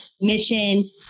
mission